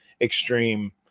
extreme